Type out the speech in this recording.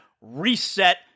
reset